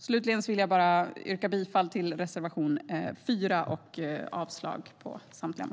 Slutligen vill jag yrka bifall till reservation 4.